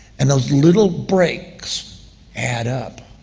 and those little breaks add up.